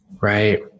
Right